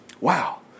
Wow